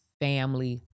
family